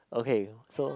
okay so